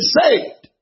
saved